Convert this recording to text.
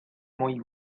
moi